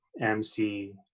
MC